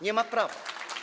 Nie ma prawa.